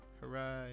hooray